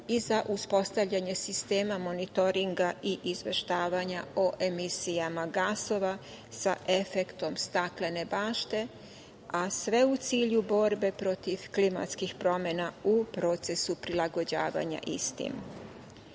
i za uspostavljanje sistema monitoringa i izveštavanja o emisijama gasova sa efektom staklene bašte, a sve u cilju borbe protiv klimatskih promena u procesu prilagođavanja